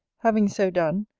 having so done,